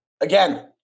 again